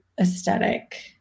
aesthetic